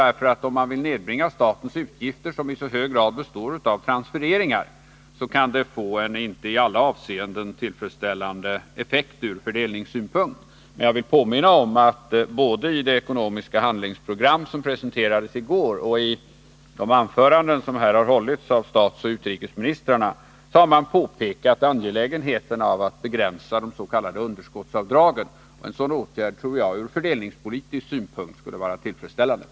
Vill man nedbringa statens utgifter, som i så hög grad består av transfereringar, kan det få en inte i alla avseenden tillfredsställande effekt från fördelningssynpunkt. Jag vill påminna om att både i det ekonomiska handlingsprogram som presenterades i går och i de anföranden som här har hållits av statsministern och utrikesministern har angelägenheten av en begränsning av de s.k. underskottsavdragen påpekats. En sådan åtgärd tror jag skulle vara tillfredsställande från fördelningspolitisk synpunkt.